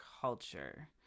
culture